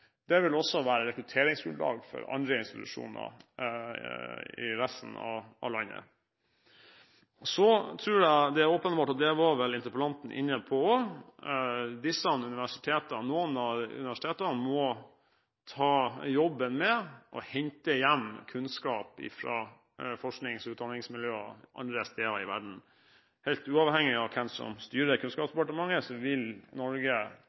nivå, vil også være rekrutteringsgrunnlag for andre institusjoner i resten av landet. Så tror jeg det er åpenbart at noen av universitetene – det var vel interpellanten inne på også – må ta jobben med å hente hjem kunnskap fra forsknings- og utdanningsmiljøer andre steder i verden. Helt uavhengig av hvem som styrer Kunnskapsdepartementet, vil Norge